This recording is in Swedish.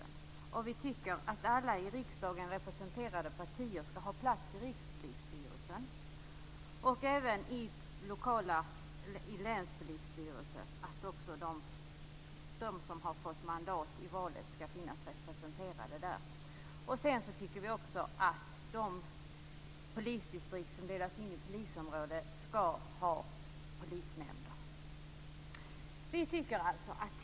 Miljöpartiet tycker att alla i riksdagen representerade partier skall ha plats i Rikspolisstyrelsen. Miljöpartiet tycker också att de partier som har fått mandat i valet skall vara representerade i länspolistyrelserna. Miljöpartiet tycker att de polisdistrikt som delas in i polisområden skall ha polisnämnder.